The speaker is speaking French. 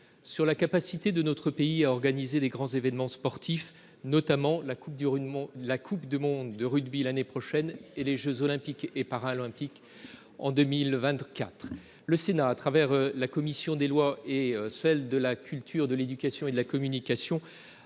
sur la capacité de notre pays à organiser de grands événements sportifs, notamment la coupe du monde de rugby l'année prochaine et les jeux Olympiques et Paralympiques en 2024. Le Sénat, à travers ses commissions des lois et de la culture, de l'éducation et de la communication,